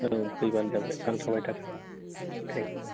औ फैबानो जाबाय आं थांबायथाखानि